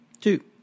Two